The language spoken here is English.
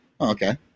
okay